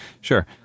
sure